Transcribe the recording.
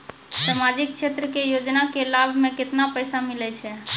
समाजिक क्षेत्र के योजना के लाभ मे केतना पैसा मिलै छै?